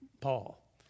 Paul